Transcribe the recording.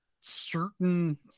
certain